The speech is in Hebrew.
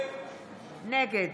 נגד